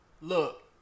Look